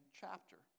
chapter